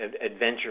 adventure